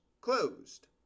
closed